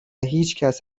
هیچکس